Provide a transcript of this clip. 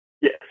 yes